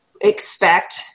expect